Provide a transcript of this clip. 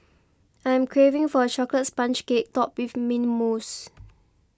I am craving for a chocolates sponge cake topped with Mint Mousse